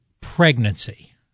pregnancy